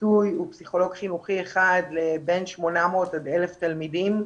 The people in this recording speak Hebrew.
הכיסוי הוא פסיכולוג חינוכי אחד לבין 800 עד 1,000 תלמידים,